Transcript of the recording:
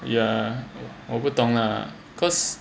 yeah 我不懂 lah cause